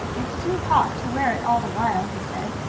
it's too hot to wear it all the while, he said,